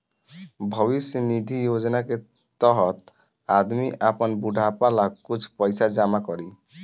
भविष्य निधि योजना के तहत आदमी आपन बुढ़ापा ला कुछ पइसा जमा करी